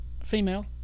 female